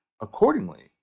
accordingly